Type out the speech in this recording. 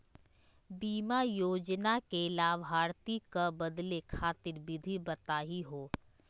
बीमा योजना के लाभार्थी क बदले खातिर विधि बताही हो?